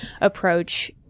approach